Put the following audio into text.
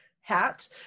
hat